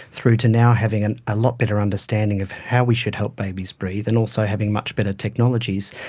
through to now having a ah lot better understanding of how we should help babies breathe, and also having much better technologies.